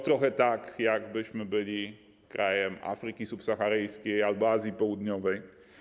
Trochę tak, jakbyśmy byli krajem Afryki Subsaharyjskiej albo Azji Południowej.